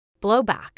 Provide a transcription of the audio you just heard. blowback